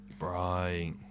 Right